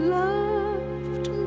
loved